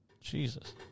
Jesus